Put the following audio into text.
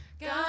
god